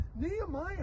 Nehemiah